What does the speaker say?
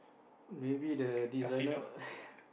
maybe the designer